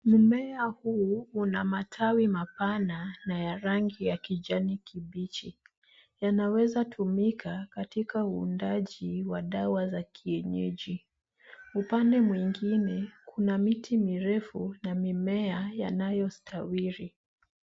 Mmea huu una matawi mapana na ya rangi ya kijani kibichi. Yanaweza tumika katika uundaji wa dawa za kienyeji. Upande mwingine, kuna miti mirefu na mimea yanayostawiri.